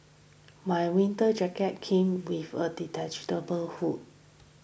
my winter jacket came with a detachable hood